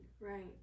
Right